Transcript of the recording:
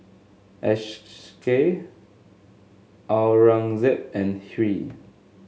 Aurangzeb and Hri